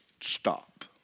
stop